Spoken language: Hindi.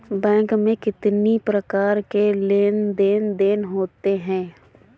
बैंक में कितनी प्रकार के लेन देन देन होते हैं?